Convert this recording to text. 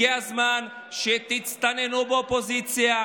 הגיע הזמן שתצטננו באופוזיציה,